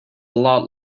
lot